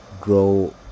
grow